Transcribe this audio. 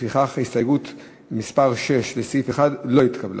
לפיכך, הסתייגות מס' 6 לסעיף 1 לא התקבלה.